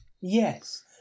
Yes